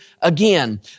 again